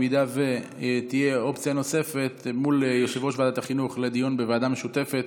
אם תהיה אופציה נוספת מול יושב-ראש ועדת החינוך לדיון בוועדה משותפת,